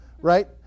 right